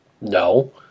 no